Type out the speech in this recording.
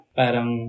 parang